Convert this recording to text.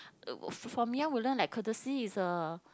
uh from young we learn like courtesy is a